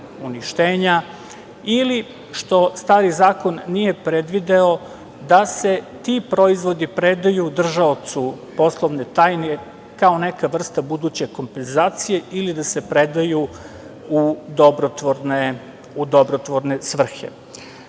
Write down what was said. uništenja ili, što stari zakon nije predvideo, da se ti proizvodi predaju držaocu poslovne tajne kao neka vrsta buduće kompenzacije ili da se predaju u dobrotvorne svrhe. Mi